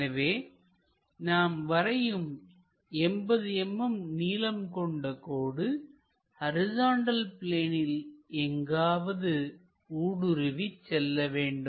எனவே நாம் வரையும் 80 mm நீளம் கொண்ட கோடு ஹரிசாண்டல் பிளேனில் எங்காவது ஊடுருவிச் செல்ல வேண்டும்